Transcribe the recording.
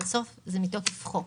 בסוף זה מתוקף חוק